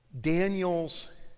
Daniel's